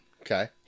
Okay